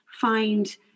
find